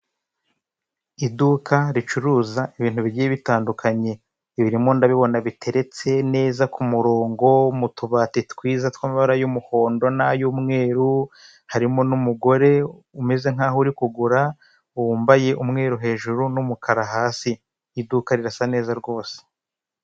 Iduka ricuruza ibintu bigiye bitandukanye, birimo ndabibona biteretse neza ku murongo mu tubati twiza tw'amabara y'umuhondo n'ay'umweru, harimo n'umugore umeze nkaho uri kugura wambaye umweru hejuru n'umukara hasi, iduka rirasa neza rwose.